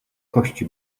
kości